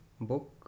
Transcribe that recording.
book